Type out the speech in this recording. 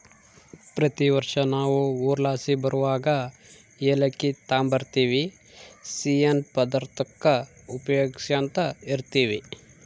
ಪ್ರತಿ ವರ್ಷ ನಾವು ಊರ್ಲಾಸಿ ಬರುವಗ ಏಲಕ್ಕಿ ತಾಂಬರ್ತಿವಿ, ಸಿಯ್ಯನ್ ಪದಾರ್ತುಕ್ಕ ಉಪಯೋಗ್ಸ್ಯಂತ ಇರ್ತೀವಿ